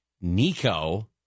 Nico